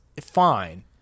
fine